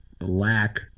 lack